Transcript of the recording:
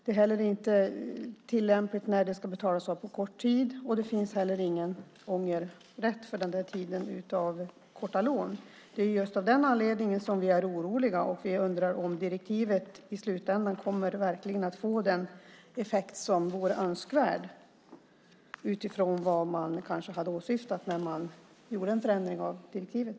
De är inte heller tillämpliga när det ska betalas av på kort tid, och det finns ingen ångerrätt för korta lån. Det är just av den anledningen som vi är oroliga. Vi undrar om direktivet i slutändan verkligen kommer att få den effekt som vore önskvärd utifrån vad som åsyftades när man förändrade direktivet.